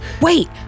Wait